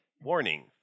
Warning